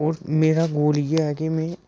होर मेरा गोल इ'यै ऐ कि में